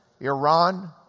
Iran